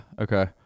okay